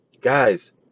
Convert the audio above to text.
Guys